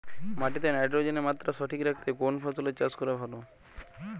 মাটিতে নাইট্রোজেনের মাত্রা সঠিক রাখতে কোন ফসলের চাষ করা ভালো?